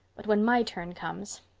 but when my turn comes.